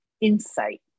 insight